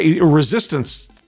resistance